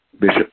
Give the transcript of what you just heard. Bishop